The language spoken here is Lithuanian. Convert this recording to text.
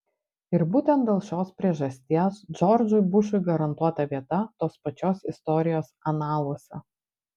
ir būtent dėl šios priežasties džordžui bušui garantuota vieta tos pačios istorijos analuose